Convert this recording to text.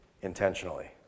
intentionally